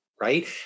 right